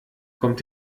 kommt